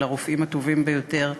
עם הרופאים הטובים ביותר,